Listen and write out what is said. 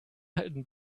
alten